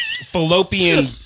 fallopian